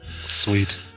Sweet